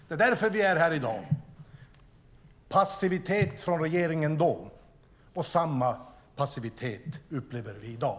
Det är därför som vi är här i dag: passivitet från regeringen då och samma passivitet upplever vi i dag.